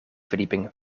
verdieping